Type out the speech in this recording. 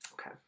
Okay